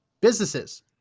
businesses